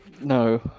No